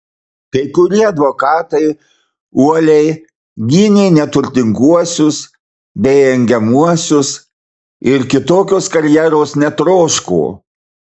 kai kurie advokatai uoliai gynė neturtinguosius bei engiamuosius ir kitokios karjeros netroško